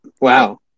Wow